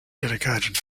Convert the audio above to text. dedicated